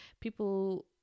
people